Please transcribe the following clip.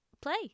play